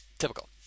Typical